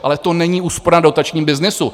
Ale to není úspora na dotačním byznysu.